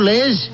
Liz